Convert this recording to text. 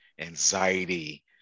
anxiety